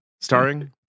starring